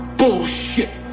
bullshit